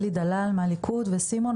אלי דלל מהליכוד וסימון,